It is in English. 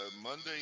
Monday